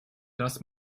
das